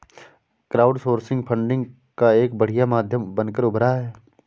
crowdsourcing funding का एक बढ़िया माध्यम बनकर उभरा है